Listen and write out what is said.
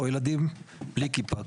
או ילדים בלי כיפה,